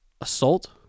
Assault